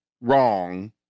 wrong